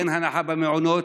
אין הנחה במעונות.